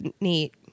neat